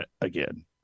again